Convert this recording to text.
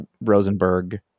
rosenberg